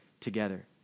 together